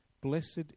Blessed